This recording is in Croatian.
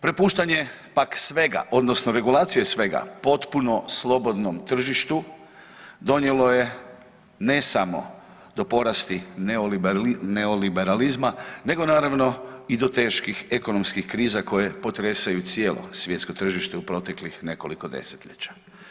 Prepuštanje pak svega odnosno regulacije svega potpuno slobodnom tržištu donijelo je ne samo do porasti neoliberalizma nego naravno i do teških ekonomskih kriza koje potresaju cijelo svjetsko tržište u proteklih nekoliko desetljeća.